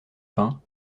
pain